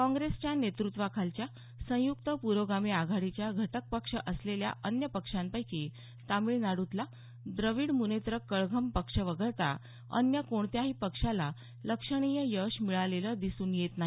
काँग्रेसच्या नेतृत्वाखालच्या संयुक्त प्रोगामी आघाडीच्या घटक पक्ष असलेल्या अन्य पक्षांपैकी तामिळनाडूतला द्रविड मुनेत्र कळघम पक्ष वगळता अन्य कोणत्याही पक्षाला लक्षणीय यश मिळालेलं दिसून येत नाही